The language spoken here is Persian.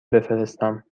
بفرستم